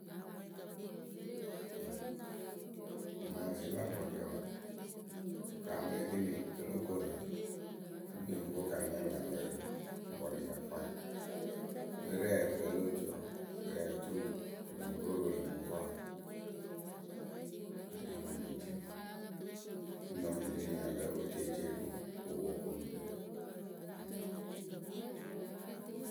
Nyɩmaasɩɩ la vɔɖǝ wǝǝ wɨ kaamɨ ekini o lóo koru e kpii wɨ ŋ ko kɨ a nya lä wɛ rɨ vɔrǝ sa fwanyɩ dope rɛɛ ǝrǝkǝ lo otuyǝ rɛɛ oturu wɨ lɨŋ ko roo lǝ̈ mɨŋkɔɔwe wɨri wǝǝ mɨ ŋ cii wǝǝ si nɔ nyi ri nyi ya lǝ́ǝ pɨ ceeceewǝ kɨ wɨ poŋ wɨ koonu ŋwɨ rɨ.